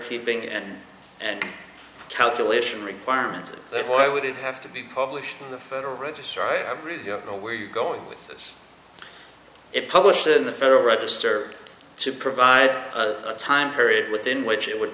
keeping and and calculation requirements but why would it have to be published in the federal register i know where you're going with this it published in the federal register to provide a time period within which it would